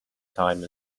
time